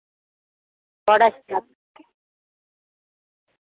थुआढ़े